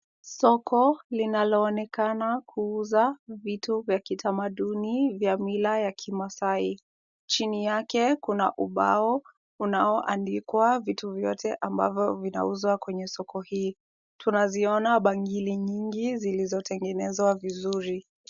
Soko linaloonekana kuuza vitu vya kitamaduni vya mila ya kimaasai. Chini yake kuna ubao, unaoandikwa vitu vyote ambavyo vinauzwa kwenye soko hii. Tunaziona bangili nyingi zilizotengenezwa vizuri.